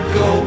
go